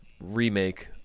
remake